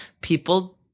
people